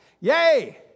Yay